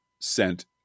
sent